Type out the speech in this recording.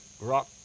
rock